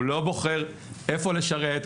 הוא לא בוחר איפה לשרת,